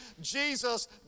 jesus